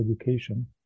education